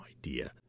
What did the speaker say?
idea